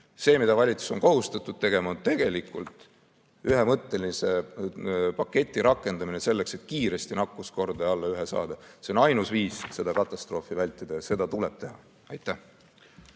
See, mida valitsus on kohustatud tegema, on ühemõttelise paketi rakendamine selleks, et kiiresti nakkuskordaja alla 1 saada. See on ainus viis katastroofi vältida ja seda tuleb teha. Aitäh!